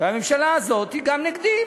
והממשלה הזאת היא גם נגדי,